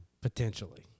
potentially